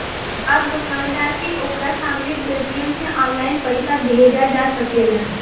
अब दोकानदार के ओकरा सामने पेटीएम से ऑनलाइन पइसा भेजा सकेला